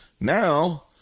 Now